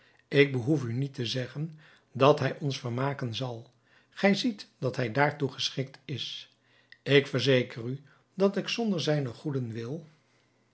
ik behoef u niet te zeggen dat hij ons vermaken zal gij ziet dat hij daartoe geschikt is ik verzeker u dat ik zonder zijnen goeden wil